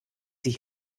sie